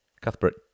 Cuthbert